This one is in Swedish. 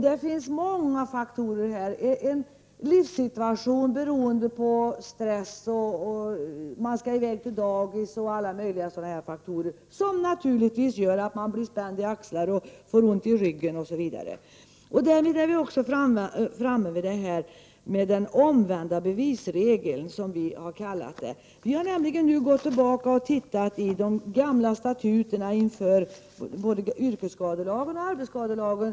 Det finns många faktorer här — en livssituation beroende på stress, man skall i väg till dagis osv. — som naturligtvis gör att man bl.a. blir spänd i axlarna och får ont i ryggen. Då är vi framme vid detta med den omvända bevisregeln, som vi kallar den för. Vi har nämligen gått tillbaka och tittat i de gamla statuterna i både yrkesskadelagen och arbetsskadelagen.